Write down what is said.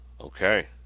Okay